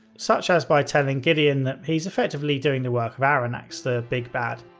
such as by telling gideon that he's effectively doing the work of arronax, the big bad.